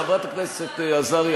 חברת הכנסת עזריה.